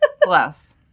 Bless